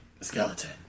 skeleton